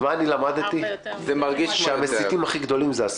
למדתי שהמסיתים הכי גדולים זה השמאל.